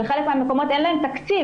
בחלק מהמקומות אין להן תקציב.